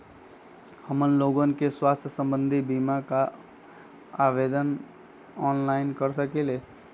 हमन लोगन के स्वास्थ्य संबंधित बिमा का आवेदन ऑनलाइन कर सकेला?